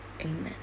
Amen